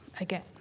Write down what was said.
again